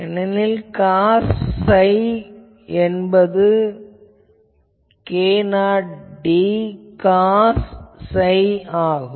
ஏனெனில் Gauss psi என்பது k0d Gauss psi ஆகும்